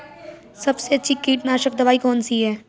सबसे अच्छी कीटनाशक दवाई कौन सी है?